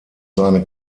seine